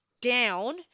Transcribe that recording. down